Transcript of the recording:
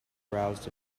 aroused